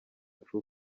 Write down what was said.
true